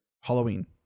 Halloween